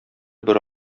бер